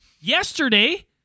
yesterday